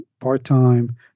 part-time